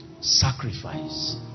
Sacrifice